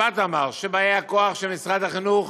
שבאי הכוח של משרד החינוך